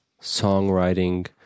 songwriting